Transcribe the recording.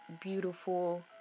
beautiful